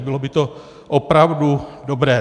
Bylo by to opravdu dobré.